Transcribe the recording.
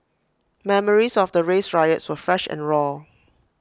memories of the race riots were fresh and raw